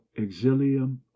exilium